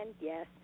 Yes